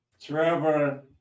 Trevor